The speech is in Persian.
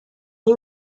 این